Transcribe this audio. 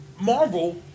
Marvel